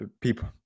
people